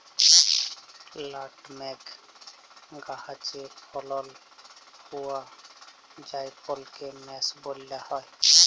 nutmeg গাহাচে ফলল হউয়া জাইফলকে মেস ব্যলা হ্যয়